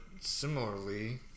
similarly